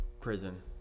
prison